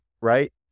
right